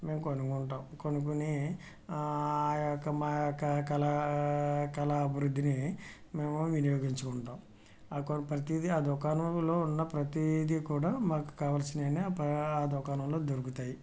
మేము కొనుక్కుంటాం కొనుక్కొని ఆ యొక్క మా యొక్క కళా కళాభివృద్ధిని మేము వినియోగించుకుంటాం అక్కడ ప్రతిదీ ఆ దుకాణంలో ఉన్న ప్రతిదీ కూడా మాకు కావాల్సినవి ఆ దుకాణంలో దొరుకుతాయి